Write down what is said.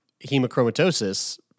hemochromatosis